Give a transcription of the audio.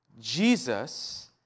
Jesus